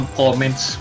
comments